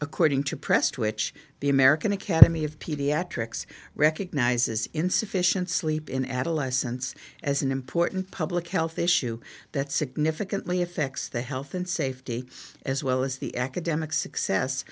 according to prestwich the american academy of pediatrics recognizes insufficient sleep in adolescence as an important public health issue that significantly affects the health and safety as well as the academic success